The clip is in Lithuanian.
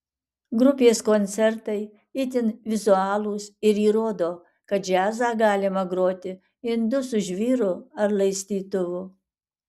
grupės koncertai itin vizualūs ir įrodo kad džiazą galima groti indu su žvyru ar laistytuvu